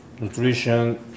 nutrition